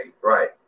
Right